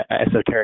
esoteric